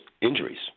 injuries